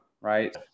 right